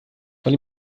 weil